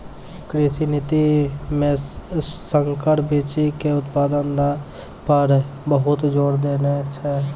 कृषि नीति मॅ संकर बीच के उत्पादन पर बहुत जोर देने छै